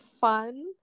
fun